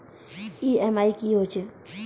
EMI कि होय छै?